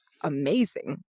amazing